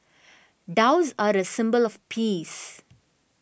doves are a symbol of peace